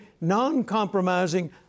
non-compromising